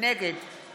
נגד